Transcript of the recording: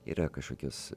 yra kažkokios